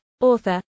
author